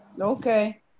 Okay